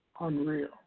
unreal